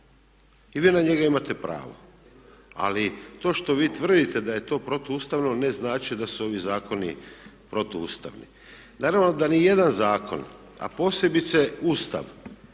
i vi na njega imate pravo. Ali to što vi tvrdite da je to protu ustavno ne znači da su ovi zakoni protu ustavni. Naravno da ni jedan zakon, a posebice Ustav